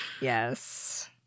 Yes